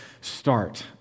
Start